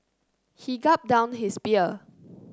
he gulped down his beer